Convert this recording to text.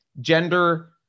gender